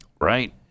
Right